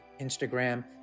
instagram